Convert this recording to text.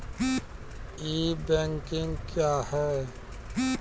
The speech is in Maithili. ई बैंकिंग क्या हैं?